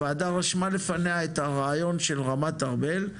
הוועדה רשמה לפניה את הרעיון של רמת ארבל,